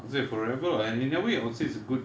I'd say forever lah and in a way I would say it's a good